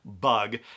Bug